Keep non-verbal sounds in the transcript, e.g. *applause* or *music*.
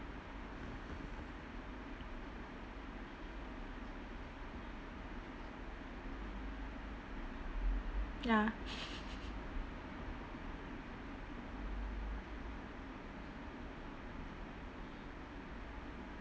ya *laughs*